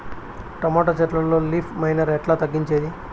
Tomato చెట్లల్లో leaf miner ఎట్లా తగ్గించేది?